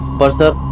but